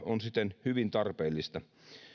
on siten hyvin tarpeellista